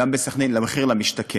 במחיר למשתכן.